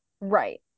right